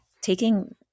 taking